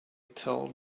tell